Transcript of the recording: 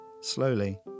Slowly